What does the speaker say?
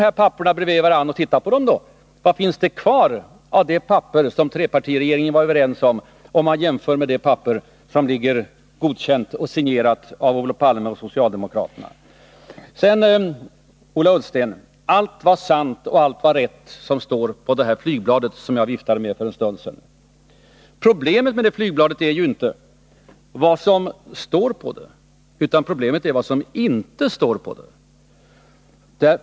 Lägg då dokumenten bredvid varandra och titta på dem! Vad finns det kvar av det papper som trepartiregeringen var överens om, om man jämför med det papper som ligger godkänt och signerat av Olof Palme och socialdemokraterna? Sedan påstår Ola Ullsten att allt var sant och rätt som står på det flygblad som jag viftade med för en stund sedan. Problemet med flygbladet är inte vad som står på det utan vad som inte står.